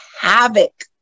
havoc